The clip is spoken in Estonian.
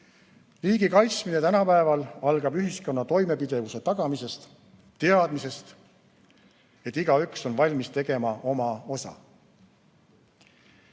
Riigi kaitsmine tänapäeval algab ühiskonna toimepidevuse tagamisest, teadmisest, et igaüks on valmis tegema oma osa.